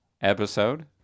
episode